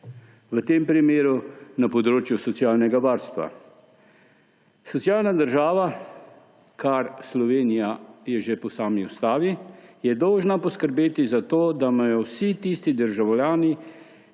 v tem primeru na področju socialnega varstva. Socialna država, kar Slovenija je že po sami ustavi, je dolžna poskrbeti za to, da imajo vsi tisti državljani,